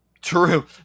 True